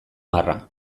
marra